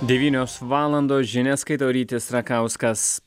devynios valandos žinias skaito rytis rakauskas